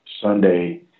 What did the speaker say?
Sunday